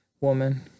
woman